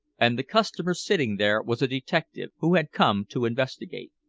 and the customer sitting there was a detective who had come to investigate.